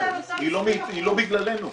היא לא בגללנו,